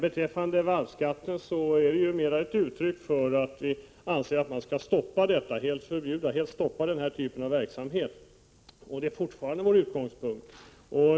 Beträffande valpskatten är vår inställning mera ett uttryck för att vi anser att man helst bör helt förbjuda denna typ av verksamhet. Det är fortfarande vår utgångspunkt.